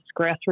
grassroots